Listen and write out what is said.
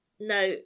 Now